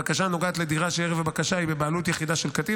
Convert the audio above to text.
בקשה הנוגעת לדירה שערב הבקשה היא בבעלות יחידה של קטין,